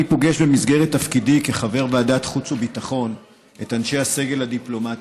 במסגרת תפקידי כחבר ועדת חוץ וביטחון אני פוגש את אנשי הסגל הדיפלומטי,